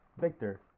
Victor